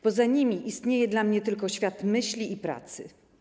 Poza nimi istnieje dla mnie tylko świat myśli i pracy.